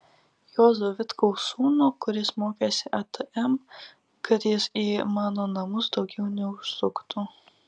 juozo vitkaus sūnų kuris mokėsi atm kad jis į mano namus daugiau neužsuktų